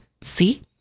see